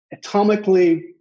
atomically